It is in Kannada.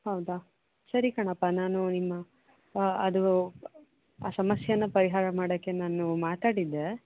ಹೌದಾ ಸರಿ ಕಣಪ್ಪ ನಾನು ನಿಮ್ಮ ಅದು ಆ ಸಮಸ್ಯೇನ ಪರಿಹಾರ ಮಾಡೋಕೆ ನಾನು ಮಾತಾಡಿದ್ದೆ